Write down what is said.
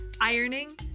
ironing